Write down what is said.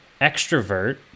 extrovert